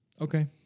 Okay